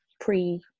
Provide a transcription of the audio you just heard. pre-